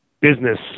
business